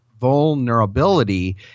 vulnerability